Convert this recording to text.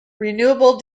renewable